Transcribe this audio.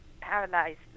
paralyzed